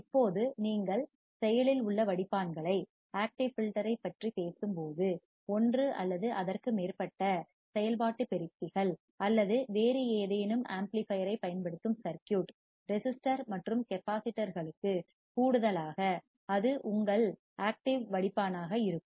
இப்போது நீங்கள் செயலில் உள்ள வடிப்பான்களைப் ஆக்டிவ் ஃபில்டர் ஐ பற்றி பேசும்போது ஒன்று அல்லது அதற்கு மேற்பட்ட செயல்பாட்டு பெருக்கிகள் ஒப்ரேஷனல் ஆம்ப்ளிபையர் அல்லது வேறு ஏதேனும் ஆம்ப்ளிபையர் ஐப் பயன்படுத்தும் சர்க்யூட் மின்தடையம் ரெசிஸ்டர் மற்றும் மின்தேக்கிகளுக்கு கெப்பாசிட்டர்களுக்கு கூடுதலாக அது உங்கள் செயலில் உள்ள ஆக்டிவ் வடிப்பானாக ஃபில்டர் ஆக இருக்கும்